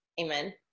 Amen